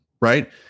right